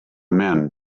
men